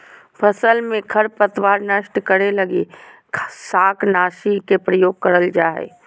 फसल में खरपतवार नष्ट करे लगी शाकनाशी के प्रयोग करल जा हइ